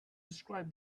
described